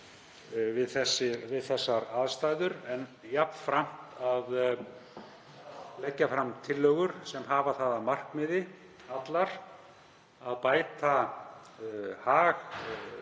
við þessar aðstæður og jafnframt að leggja fram tillögur sem hafa það allar að markmiði að bæta hag